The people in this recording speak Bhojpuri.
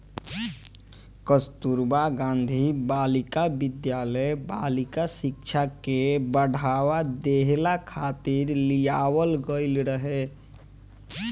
कस्तूरबा गांधी बालिका विद्यालय बालिका शिक्षा के बढ़ावा देहला खातिर लियावल गईल रहे